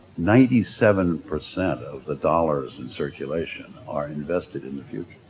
ninety-seven percent of the dollars in circulation are invested in the future.